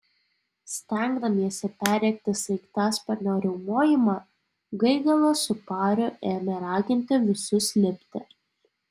stengdamiesi perrėkti sraigtasparnio riaumojimą gaigalas su pariu ėmė raginti visus lipti